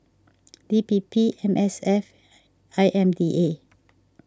D P P M S F I M D A